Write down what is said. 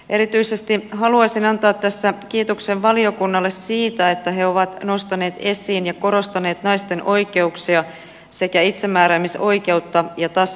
erityisesti haluaisin antaa tässä kiitoksen valiokunnalle siitä että se on nostanut esiin ja korostanut naisten oikeuksia sekä itsemääräämisoikeutta ja tasa arvoa